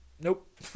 nope